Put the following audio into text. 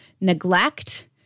neglect